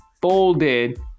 folded